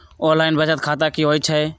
Online बचत खाता की होई छई?